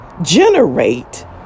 generate